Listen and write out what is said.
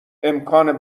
امکان